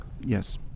yes